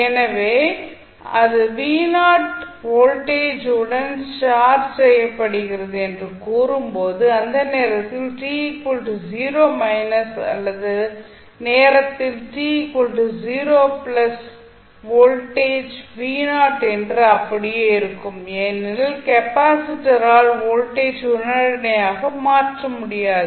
எனவே அது வோல்டேஜ் உடன் சார்ஜ் செய்யப்படுகிறது என்று கூறும்போது அந்த நேரத்தில் t 0 அல்லது நேரத்தில் t 0 வோல்டேஜ் என்று அப்படியே இருக்கும் ஏனெனில் கெப்பாசிட்டரால் வோல்டேஜ் உடனடியாக மாற்ற முடியாது